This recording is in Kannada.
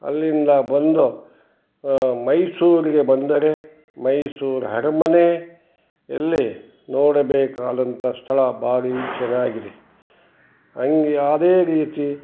ಅಲ್ಲಿಂದ ಬಂದು ಮೈಸೂರಿಗೆ ಬಂದರೆ ಮೈಸೂರು ಅರಮನೆಯಲ್ಲಿ ನೋಡಬೇಕಾದಂಥ ಸ್ಥಳ ಭಾರಿ ಚಲೋ ಆಗಿದೆ ಹಾಗೆ ಅದೇ ರೀತಿ